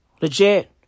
Legit